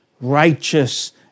righteous